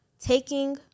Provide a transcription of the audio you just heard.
taking